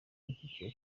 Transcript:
y’icyiciro